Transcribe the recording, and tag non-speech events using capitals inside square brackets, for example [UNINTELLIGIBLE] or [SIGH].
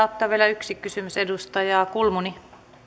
[UNINTELLIGIBLE] ottaa vielä yhden kysymyksen edustaja kulmuni